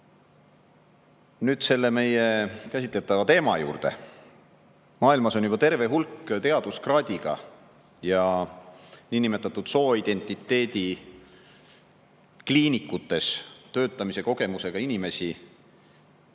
selle meie käsitletava teema juurde. Maailmas on juba terve hulk teaduskraadiga ja niinimetatud sooidentiteedi kliinikutes töötamise kogemusega inimesi,